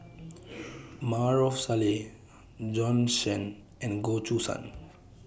Maarof Salleh Bjorn Shen and Goh Choo San